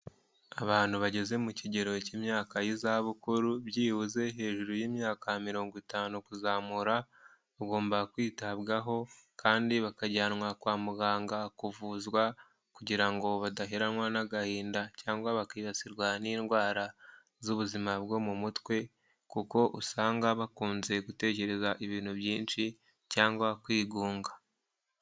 Abantu bageze mu kigero cy'imyaka y'izabukuru, byibuze hejuru y'imyaka mirongo itanu kuzamura, ugomba kwitabwaho kandi bakajyanwa kwa muganga kuvuzwa, kugira ngo badaheranwa n'agahinda cyangwa bakibasirwa n'indwara z'ubuzima bwo mu mutwe, kuko usanga bakunze gutekereza ibintu byinshi cyangwa kwigunga.